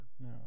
No